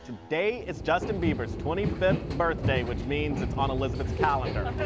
today it's justin bieber's twenty fifth birthday, which means it's on elizabeth's calendar